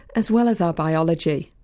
as well as our biology.